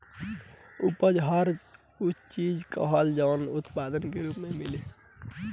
उपज हर उ चीज के कहाला जवन उत्पाद के रूप मे मिले